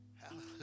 hallelujah